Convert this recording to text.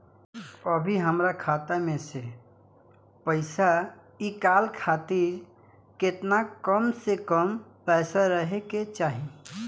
अभीहमरा खाता मे से पैसा इ कॉल खातिर केतना कम से कम पैसा रहे के चाही?